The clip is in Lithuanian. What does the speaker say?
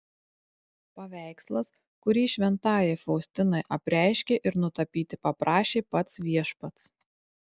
paveikslas kurį šventajai faustinai apreiškė ir nutapyti paprašė pats viešpats